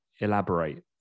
elaborate